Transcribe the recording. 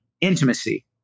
intimacy